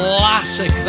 Classic